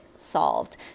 solved